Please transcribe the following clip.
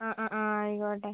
ആ ആ ആ ആയിക്കോട്ടെ